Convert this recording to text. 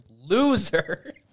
loser